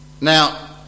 Now